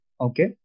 okay